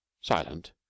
silent